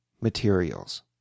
materials